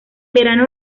verano